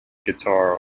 guitar